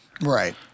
Right